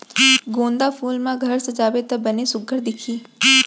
गोंदा फूल म घर सजाबे त बने सुग्घर दिखही